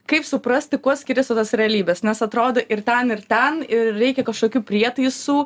kaip suprasti kuo skiriasi tos realybės nes atrodo ir ten ir ten ir reikia kažkokių prietaisų